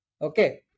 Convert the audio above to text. Okay